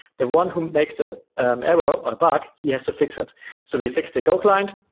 the one who makes a um error or bug, he has to fix it so we fixed the go client.